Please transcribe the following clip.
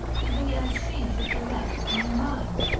to be as she should direct in her mind.